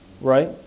right